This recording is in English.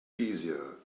easier